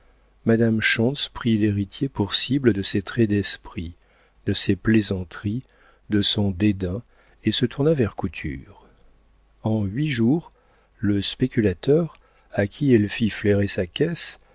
madame schontz prit l'héritier pour cible de ses traits d'esprit de ses plaisanteries de son dédain et se tourna vers couture en huit jours le spéculateur à qui elle fit flairer sa caisse